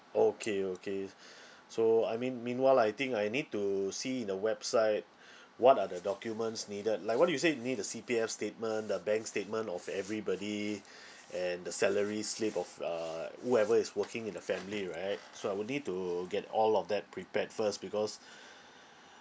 okay okay so I mean meanwhile I think I need to see in the website what are the documents needed like what you said need the C_P_F statement the bank statement of everybody and the salary slip of uh whoever is working in the family right so I would need to get all of that prepared first because